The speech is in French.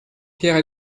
pierre